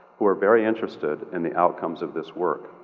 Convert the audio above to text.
who are very interested in the outcomes of this work.